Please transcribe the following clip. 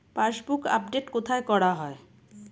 Passbook update কোথায় করা হয়?